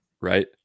right